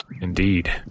Indeed